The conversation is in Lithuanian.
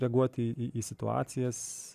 reaguoti į į situacijas